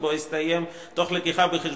להוכחת